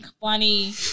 funny